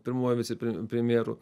pirmuoju vicepre premjeru